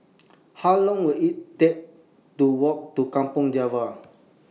How Long Will IT Take to Walk to Kampong Java